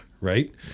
right